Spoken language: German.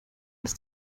als